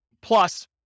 plus